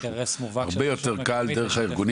הרבה יותר קל דרך הארגונים.